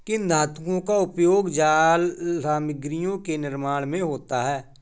किन धातुओं का उपयोग जाल सामग्रियों के निर्माण में होता है?